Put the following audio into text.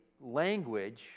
language